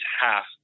half